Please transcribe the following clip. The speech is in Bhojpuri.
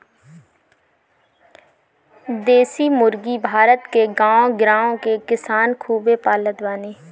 देशी मुर्गी भारत के गांव गिरांव के किसान खूबे पालत बाने